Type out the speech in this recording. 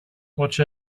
watch